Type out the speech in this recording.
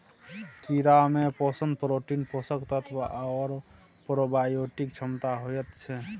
कीड़ामे पोषण प्रोटीन, पोषक तत्व आओर प्रोबायोटिक क्षमता होइत छै